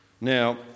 Now